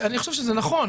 אני חושב שזה נכון.